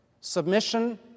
submission